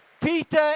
Peter